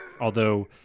Although-